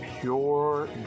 pure